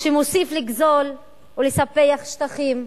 שמוסיף לגזול ולספח שטחים,